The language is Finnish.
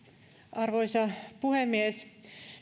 arvoisa puhemies